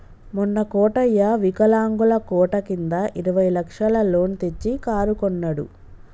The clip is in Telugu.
మొన్న కోటయ్య వికలాంగుల కోట కింద ఇరవై లక్షల లోన్ తెచ్చి కారు కొన్నడు